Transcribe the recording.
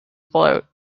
float